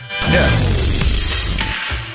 Yes